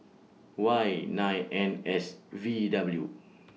Y nine N S V W